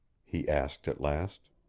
he asked at last.